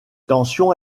tensions